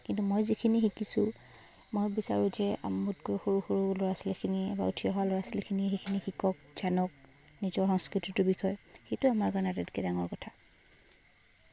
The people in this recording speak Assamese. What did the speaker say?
কিন্তু মই যিখিনি শিকিছোঁ মই বিচাৰোঁ যে মোতকৈ সৰু সৰু ল'ৰা ছোৱালীখিনিয়ে বা উঠি অহা ল'ৰা ছোৱালীখিনিয়ে সেইখিনি শিকক জানক নিজৰ সংস্কৃতিটোৰ বিষয়ে সেইটোৱে আমাৰ কাৰণে আটাইতকৈ ডাঙৰ কথা